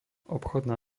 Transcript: obchodná